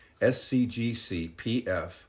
scgcpf